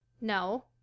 No